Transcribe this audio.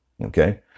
okay